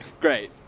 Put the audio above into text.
Great